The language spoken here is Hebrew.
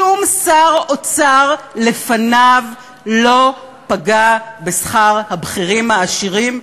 שום שר אוצר לפניו לא פגע בשכר הבכירים העשירים,